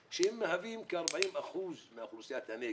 שמהווים כ-40 אחוזים מאוכלוסיית הנגב,